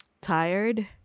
tired